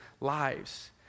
lives